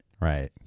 Right